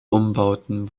umbauten